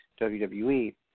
WWE